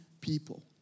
people